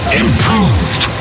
improved